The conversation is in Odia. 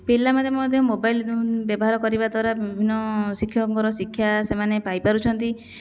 ପିଲାମାନେ ମଧ୍ୟ ମୋବାଇଲ୍ ବ୍ୟବହାର କରିବା ଦ୍ୱାରା ବିଭିନ୍ନ ଶିକ୍ଷକଙ୍କର ଶିକ୍ଷା ସେମାନେ ପାଇପାରୁଛନ୍ତି